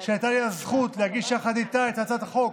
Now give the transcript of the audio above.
שהייתה לי הזכות להגיש יחד איתך את הצעת החוק,